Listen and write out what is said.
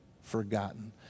forgotten